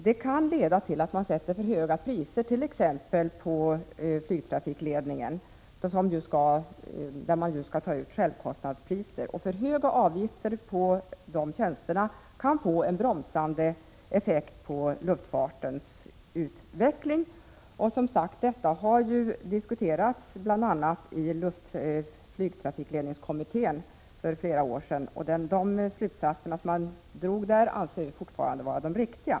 Det kan t.ex. leda till att det sätts för höga avgifter på flygtrafikledning, som ju skall ta ut självkostnadspris, och för höga avgifter kan ha bromsande effekt på luftfartens utveckling. Detta diskuterades för flera år sedan i bl.a. flygtrafikledningskommittén, och de slutsatser som där drogs anser vi moderater fortfarande är riktiga.